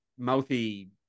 mouthy